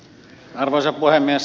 arvoisa puhemies